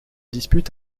disputent